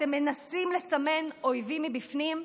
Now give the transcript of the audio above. אתם מנסים לסמן אויבים מבפנים,